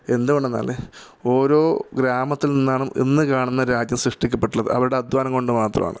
എന്തുകൊണ്ടെന്നാല് ഓരോ ഗ്രാമത്തിൽ നിന്നാണ് ഇന്ന് കാണുന്ന രാജ്യം സൃഷ്ടിക്കപ്പെട്ടിട്ടുള്ളത് അവരുടെ അധ്വാനം കൊണ്ടു മാത്രമാണ്